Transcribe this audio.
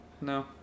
no